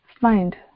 find